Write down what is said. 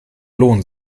lohnen